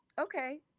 okay